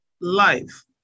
life